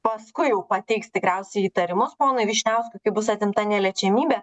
paskui jau pateiks tikriausiai įtarimus ponui vyšniauskui kaip bus atimta neliečiamybė